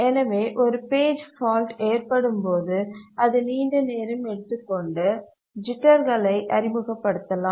எனவே ஒரு page fault ஏற்படும் போது அது நீண்ட நேரம் எடுத்துக்கொண்டு ஜிட்டர்களை அறிமுகப்படுத்தலாம்